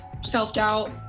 self-doubt